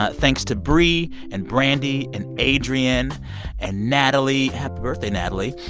but thanks to bri and brandy and adrian and natalie. happy birthday, natalie.